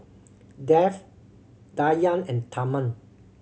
Dev Dhyan and Tharman